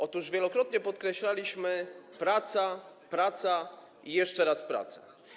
Otóż wielokrotnie podkreślaliśmy: praca, praca i jeszcze raz praca.